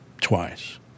twice